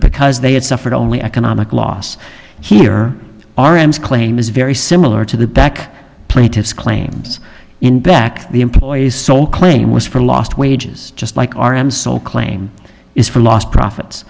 because they had suffered only economic loss here our ems claim is very similar to the back plaintiffs claims in back the employees so claim was for lost wages just like r m so claim is for lost profits